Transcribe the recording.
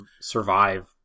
survive